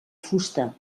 fusta